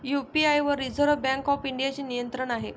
UPI वर reserve bank of इंडियाचे नियंत्रण आहे